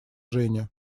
женя